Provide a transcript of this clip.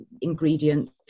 ingredients